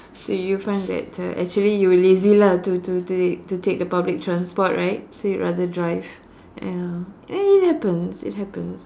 so you find that uh actually you were lazy lah to to to to take the public transport right so you rather drive ya eh it happens it happens